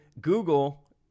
Google